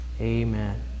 Amen